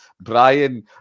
Brian